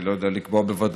אני לא יודע לקבוע בוודאות,